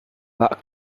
pak